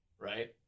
right